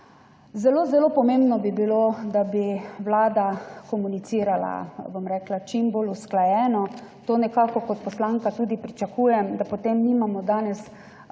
Zelo pomembno bi bilo, da bi vlada komunicirala čim bolj usklajeno. To nekako kot poslanka tudi pričakujem. Da potem nimamo danes